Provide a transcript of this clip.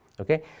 Okay